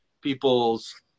People's